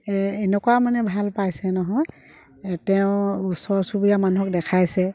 এনেকুৱা মানে ভাল পাইছে নহয় তেওঁ ওচৰ চুবুৰীয়া মানুহক দেখাইছে